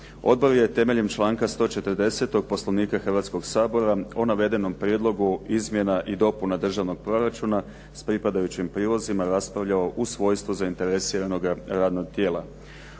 Odbor je temeljem članka 140. Poslovnika Hrvatskoga sabora o navedenom Prijedlogu izmjena i dopuna državnog proračuna s pripadajućim prilozima raspravljao u svojstvu zainteresiranoga radnog tijela.